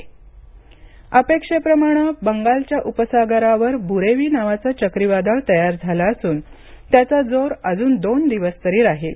हवामान अपेक्षेप्रमाणे बंगालच्या उपसागरावर बुरेवी नावाचं चक्रीवादळ तयार झालं असून त्याचा जोर अजून दोन दिवस तरी राहील